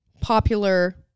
popular